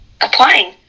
applying